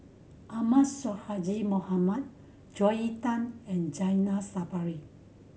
Ahmad Sonhadji Mohamad Joel Tan and Zainal Sapari